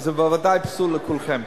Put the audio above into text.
וזה בוודאי פסול לדעת כולכם.